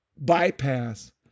bypass